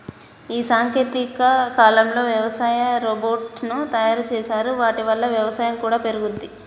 ఈ సాంకేతిక కాలంలో వ్యవసాయ రోబోట్ ను తయారు చేశారు వాటి వల్ల వ్యవసాయం కూడా పెరుగుతది